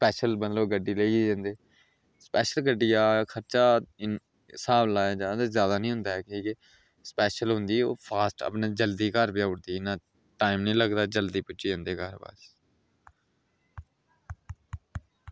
special मतलब गड्डी बेहियै जंदे स्पेशल गड्डिया खर्चा इन्ना स्हाब लाया जा ते इन्ना निं होंदा ऐ की स्पेशल होंदी ओह् जल्दी घर पजाई ओड़दी ओह् इन्ना टैम निं लगदा जल्दी पुज्जी जंदे घर